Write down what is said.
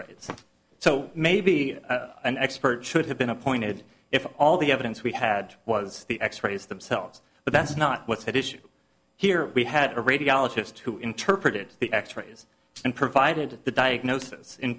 ray so maybe an expert should have been appointed if all the evidence we had was the x rays themselves but that's not what's at issue here we had a radiologist who interpreted the x rays and provided the diagnosis in